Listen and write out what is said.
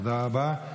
תודה רבה.